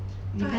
but